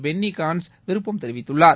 Penney Gantz விருப்பம் தெரிவித்துள்ளார்